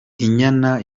inyana